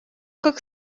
как